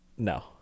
No